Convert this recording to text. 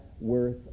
worth